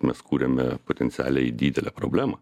mes kuriame potencialiai didelę problemą